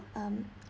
um